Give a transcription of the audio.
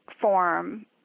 form